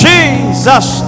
Jesus